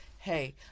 hey